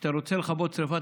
כשאתה רוצה לכבות שרפה,